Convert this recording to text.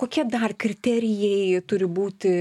kokie dar kriterijai turi būti